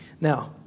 Now